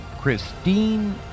Christine